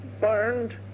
burned